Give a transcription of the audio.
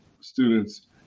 students